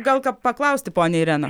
gal ką paklausti ponia irena